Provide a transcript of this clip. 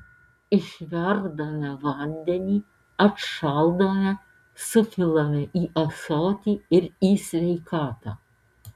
išverdame vandenį atšaldome supilame į ąsotį ir į sveikatą